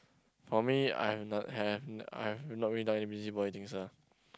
for me I've not have not I've not really done any busybody things ah